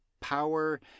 power